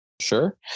sure